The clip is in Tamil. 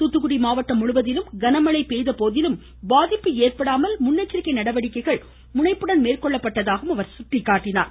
துாத்துகுடி மாவட்டம் முழுவதிலும் கன மழை பெய்த போதிலும் பாதிப்பு ஏற்படாமல் முன்னெச்சரிக்கை நடவடிக்கைகள் முனைப்புடன் மேற்கொள்ளப்பட்டதாக அவர் சுட்டிக்காட்டினார்